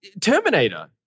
Terminator